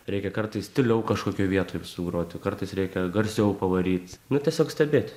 reikia kartais tyliau kažkokioj vietoj sugroti kartais reikia garsiau pavaryt nu tiesiog stebėt